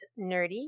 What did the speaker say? nerdy